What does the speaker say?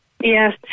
Yes